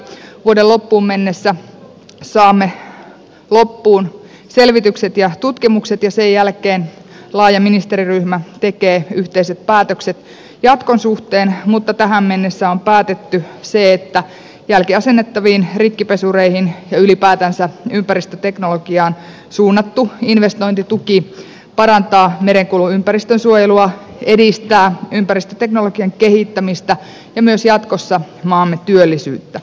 vuoden loppuun mennessä saamme loppuun selvitykset ja tutkimukset ja sen jälkeen laaja ministeriryhmä tekee yhteiset päätökset jatkon suhteen mutta tähän mennessä on päätetty se että jälkiasennettaviin rikkipesureihin ja ylipäätänsä ympäristöteknologiaan suunnattu investointituki parantaa merenkulun ympäristönsuojelua edistää ympäristöteknologian kehittämistä ja myös jatkossa maamme työllisyyttä